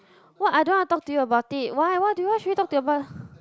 what I don't want to talk to you about it why do you why should we talk about